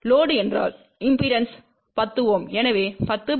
load என்றால் impedance 10 Ω எனவே 1050 0